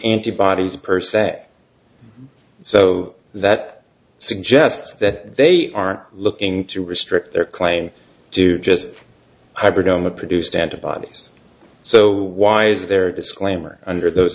antibodies per se so that suggests that they are looking to restrict their claim do just hybrid on the produced antibodies so why is there a disclaimer under those